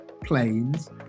planes